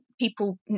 people